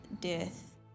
death